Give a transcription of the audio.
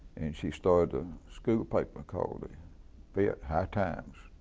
and she started the school paper called the fayette high times,